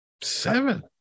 Seven